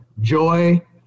Joy